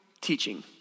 teaching